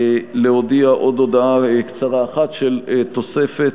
להודיע עוד הודעה קצרה אחת של תוספת